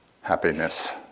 happiness